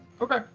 Okay